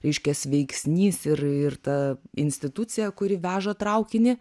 reiškias veiksnys ir ir ta institucija kuri veža traukinį